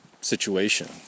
situation